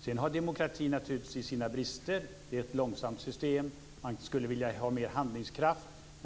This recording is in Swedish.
Sedan har demokratin naturligtvis sina brister i att vara ett långsamt system. Man skulle vilja ha mer handlingskraft.